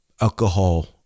alcohol